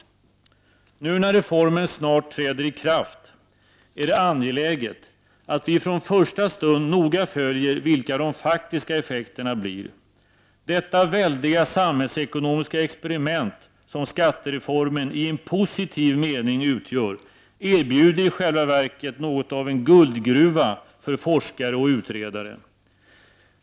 Nu när reformen snart träder i kraft är det angeläget att vi från första stund noga följer vilka de faktiska effekterna blir. Detta väldiga samhällsekonomiska experiment, som skattereformen i en positiv mening utgör, erbjuder i själva verket något av en guldgruva för forskare och utredare.